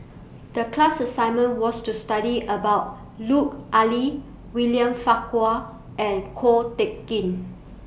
The class assignment was to study about Lut Ali William Farquhar and Ko Teck Kin